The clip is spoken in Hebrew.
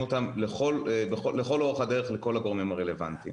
אותם לכל אורך הדרך לכל הגורמים הרלוונטיים.